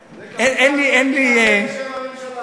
שקל, רגע, מי יענה בשם הממשלה?